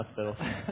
hospital